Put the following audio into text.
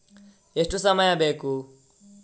ಎಷ್ಟು ಸಮಯ ಬೇಕು?